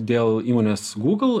dėl įmonės gūgl